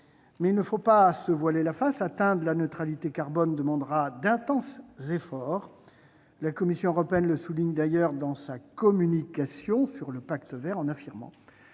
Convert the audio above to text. faut toutefois pas se voiler la face : atteindre la neutralité carbone demandera d'intenses efforts. La Commission européenne le souligne d'ailleurs dans sa communication sur le Pacte vert, en affirmant